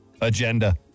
agenda